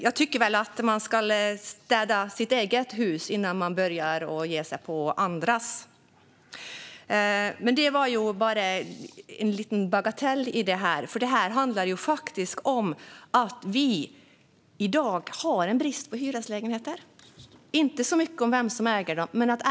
Jag tycker väl att man ska städa sitt eget hus innan man börjar ge sig på andras. Men detta var bara en liten bagatell i sammanhanget. Det här handlar faktiskt om att vi i dag har en brist på hyreslägenheter, inte så mycket om vem som äger dem.